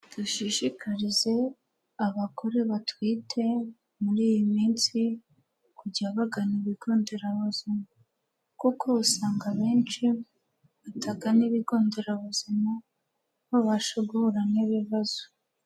Dushishikarize abagore batwite muri iyi minsi kujya bagana ibigo nderabuzima kuko usanga abenshi batagana n'ibigo nderabuzima babasha guhura n'ibibazo.